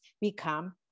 become